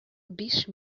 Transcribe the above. биш